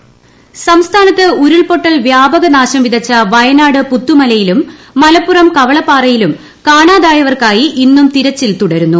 മഴക്കെടുതി സംസ്ഥാനത്ത് ഉരുൾപൊട്ടൽ വ്യാപക നാശം വിതച്ച വയനാട് പുത്തുമലയിലും മലപ്പുറം കവളപ്പാറയിലും കാണാതായവർക്കായി ഇന്നും തിരച്ചിൽ തുടരുന്നു